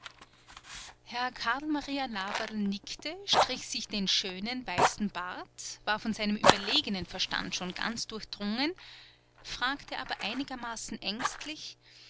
herr karl maria laberl nickte strich sich den schönen weißen bart war von seinem überlegenen verstand schon ganz durchdrungen fragte aber einigermaßen ängstlich